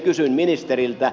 kysyn ministeriltä